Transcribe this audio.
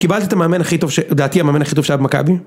קיבלתי את המאמן הכי טוב, דעתי המאמן הכי טוב שהיה במכבי